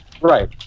Right